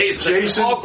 Jason